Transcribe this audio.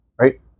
right